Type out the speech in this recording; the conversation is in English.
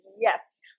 yes